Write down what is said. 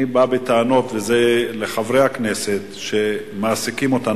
אני בא בטענות לחברי הכנסת שמעסיקים אותנו.